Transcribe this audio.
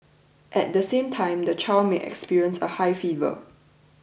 at the same time the child may experience a high fever